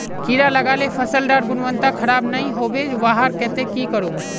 कीड़ा लगाले फसल डार गुणवत्ता खराब ना होबे वहार केते की करूम?